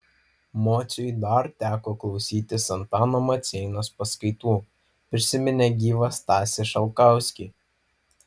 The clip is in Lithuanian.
mociui dar teko klausytis antano maceinos paskaitų prisiminė gyvą stasį šalkauskį